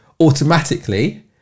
automatically